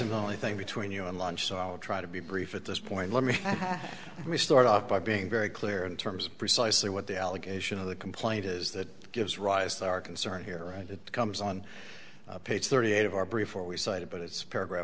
i'm only thing between you and lunch so i'll try to be brief at this point let me start off by being very clear in terms of precisely what the allegation of the complaint is that gives rise to our concern here and it comes on page thirty eight of our brief or we cited but it's paragraph